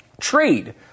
trade